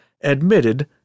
admitted